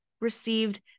received